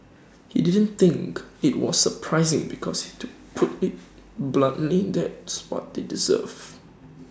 he didn't think IT was surprising because to put IT bluntly that's what they deserve